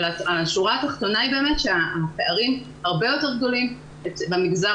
אבל השורה התחתונה היא באמת שהפערים הרבה יותר גדולים במגזר